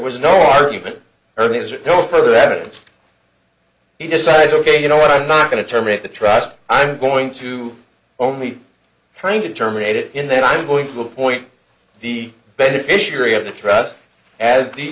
was no argument earnings or no further evidence he decided ok you know what i'm not going to terminate the trust i'm going to only trying to terminate it and then i'm going to appoint the beneficiary of the trust as the